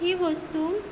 ही वस्तू